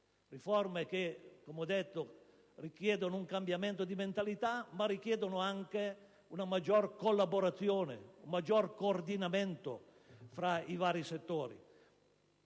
- come ho già detto - richiedono un cambiamento di mentalità, ma anche una maggior collaborazione, un maggiore coordinamento fra i vari settori,